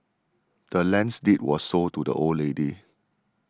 the land's deed was sold to the old lady